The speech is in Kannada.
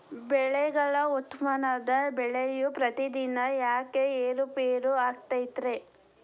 ಬೆಳೆಗಳ ಉತ್ಪನ್ನದ ಬೆಲೆಯು ಪ್ರತಿದಿನ ಯಾಕ ಏರು ಪೇರು ಆಗುತ್ತೈತರೇ?